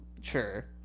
sure